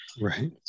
Right